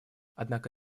однако